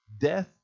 death